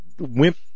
wimp